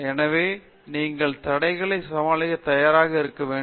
எனவே நீங்கள் தடைகளை சமாளிக்க தயாராக இருக்க வேண்டும்